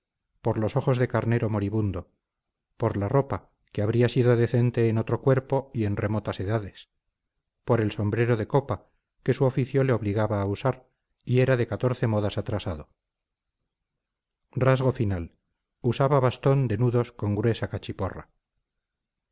por los ojos de carnero moribundo por la ropa que habría sido decente en otro cuerpo y en remotas edades por el sombrero de copa que su oficio le obligaba a usar y era de catorce modas atrasado rasgo final usaba bastón de nudos con gruesa cachiporra